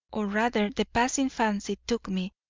or rather the passing fancy took me,